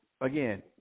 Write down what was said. again